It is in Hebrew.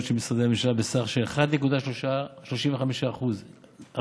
של משרדי הממשלה בסך של כ-1.35% 1.35%,